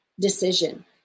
decision